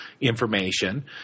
information